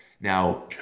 now